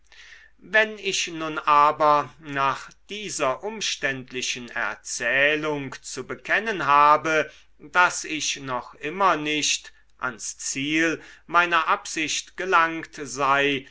wenn ich nun aber nach dieser umständlichen erzählung zu bekennen habe daß ich noch immer nicht ans ziel meiner absicht gelangt sei